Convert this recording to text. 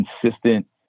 consistent